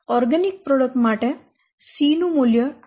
organic product માટે c નું મૂલ્ય 2